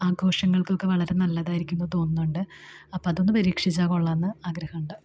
ആഘോഷങ്ങൾക്കൊക്കെ വളരെ നല്ലതായിരിക്കുന്നു എന്നു തോന്നുന്നുണ്ട് അപ്പം അതൊന്നു പരീക്ഷിച്ചാൽ കൊള്ളാമെന്നു ആഗ്രഹമുണ്ട്